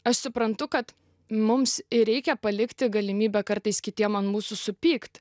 aš suprantu kad mums reikia palikti galimybę kartais kitiem ant mūsų supykt